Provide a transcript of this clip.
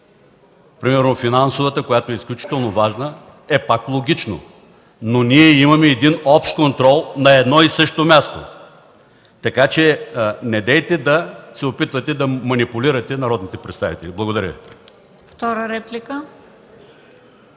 примерно финансовата, която е изключително важна, е пак логично. Но ние имаме един общ контрол на едно и също място. Така че недейте да се опитвате да манипулирате народните представители. Благодаря